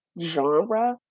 genre